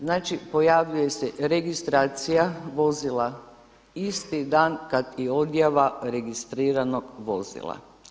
Znači pojavljuje se registracija vozila isti dan kad i odjava registriranog vozila.